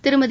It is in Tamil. திருமதி